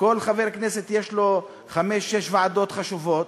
כל חבר כנסת יש לו חמש או שש ועדות חשובות,